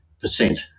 percent